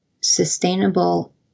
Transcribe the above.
sustainable